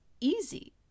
easy